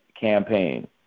campaign